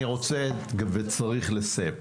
אני רוצה וצריך לסיים.